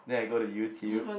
then I go to YouTube